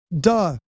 duh